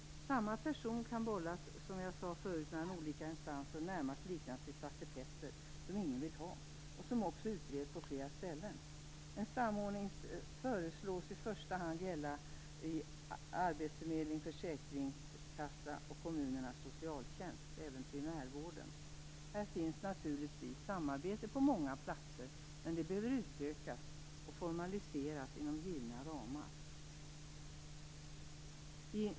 Samma person kan, som jag tidigare sade, bollas mellan olika instanser och närmast bli ett slags Svarte Petter, som ingen vill ha och som även utreds på flera ställen. En samordning föreslås i första hand gälla arbetsförmedling, försäkringskassa och kommunernas socialtjänst samt även primärvården. Häremellan förekommer naturligtvis ett samarbete på många platser, men det behöver utökas och formaliseras inom givna ramar.